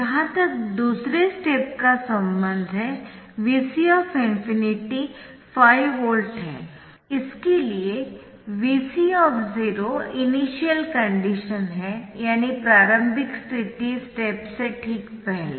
जहाँ तक दूसरे स्टेप का संबंध है Vc ∞ 5 वोल्ट है इसके लिए Vc इनिशियल कंडीशन हैयानी प्रारंभिक स्थिति स्टेप से ठीक पहले